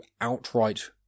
outright